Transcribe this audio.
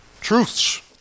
truths